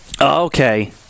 Okay